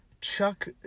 Chuck